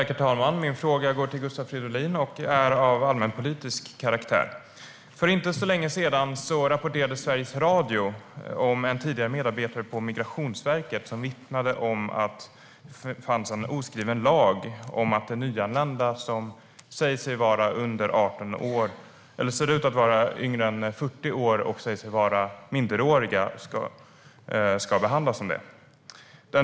Herr talman! Min fråga går till Gustav Fridolin och är av allmänpolitisk karaktär. För inte så länge sedan rapporterade Sveriges Radio om en tidigare medarbetare på Migrationsverket som vittnade om att det fanns en oskriven lag om att nyanlända som ser ut att vara yngre än 40 år och säger sig vara minderåriga ska behandlas som minderåriga.